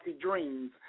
dreams